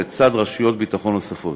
לצד רשויות ביטחון נוספות.